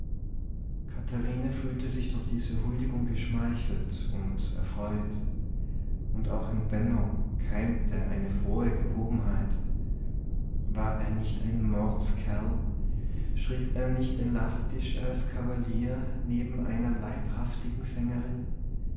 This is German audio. fühlte sich durch diese huldigung geschmeichelt und erfreut und auch in benno keimte eine frohe gehobenheit war er nicht ein mordskerl schritt er nicht elastisch als kavalier neben einer leibhaftigen sängerin